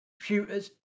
computers